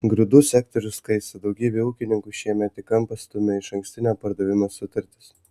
grūdų sektorius kaista daugybę ūkininkų šiemet į kampą stumia išankstinio pardavimo sutartys